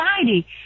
society